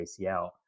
ACL